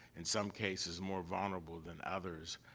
in some cases, more vulnerable than others,